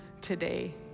today